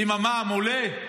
ואם המע"מ עולה,